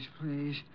please